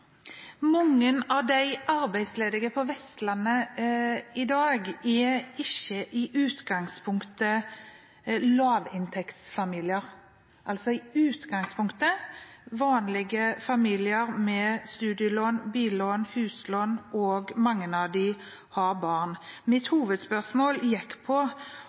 Mange av de arbeidsledige på Vestlandet i dag er ikke i utgangspunktet lavinntektsfamilier. De er i utgangspunktet vanlige familier med studielån, billån og huslån, og mange av dem har barn. Mitt hovedspørsmål gikk på